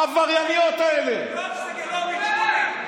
העברייניות האלה, יואב סגלוביץ',